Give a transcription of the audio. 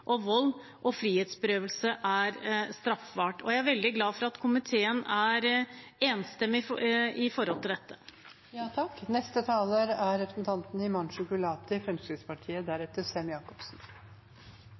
vold og frihetsberøvelse, er straffbart. Jeg er veldig glad for at komiteen er enstemmig i dette. Som vi alle vet, er det i